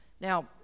Now